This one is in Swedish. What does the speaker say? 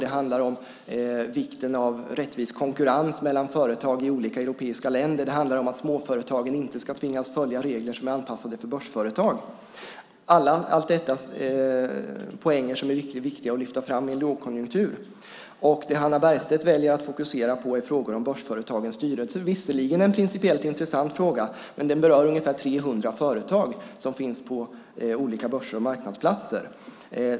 Det handlar om vikten av rättvis konkurrens mellan företag i olika europeiska länder. Det handlar om att småföretagen inte ska tvingas följa regler som är anpassade för börsföretag - allt detta är poänger som är viktiga att lyfta fram i en lågkonjunktur. Men det Hannah Bergstedt väljer att fokusera på är frågan om börsföretagens styrelser. Det är visserligen en principiellt intressant fråga, men den berör ungefär 300 företag på olika börser och marknadsplatser.